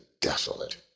desolate